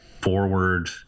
forward